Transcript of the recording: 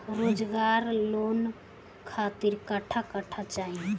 रोजगार लोन खातिर कट्ठा कट्ठा चाहीं?